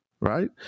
right